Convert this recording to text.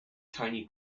tiny